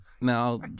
Now